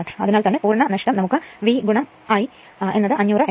അതിനാൽ തന്നെ പൂർണം ആയ നഷ്ടം നമുക്ക് V I500 എന്ന് എഴുതാം